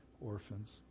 orphans